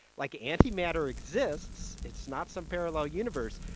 like, antimatter exists. it's not some parallel universe.